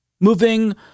moving